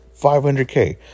500k